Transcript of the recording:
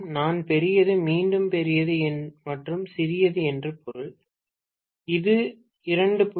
நான் பெரியது மீண்டும் பெரியது மற்றும் சிறியது என்று பொருள் இது 2